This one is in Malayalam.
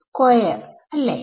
സ്ക്വയർ അല്ലെ